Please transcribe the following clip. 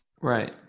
right